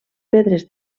pedres